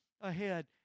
ahead